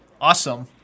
Awesome